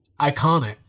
iconic